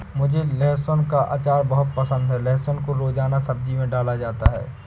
मुझे लहसुन का अचार बहुत पसंद है लहसुन को रोजाना सब्जी में डाला जाता है